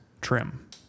trim